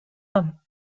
them